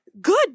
good